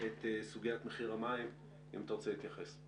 את סוגיית מחיר המים, אם אתה רוצה להתייחס.